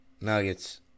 Nuggets